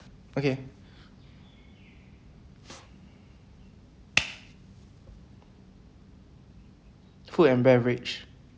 okay food and beverage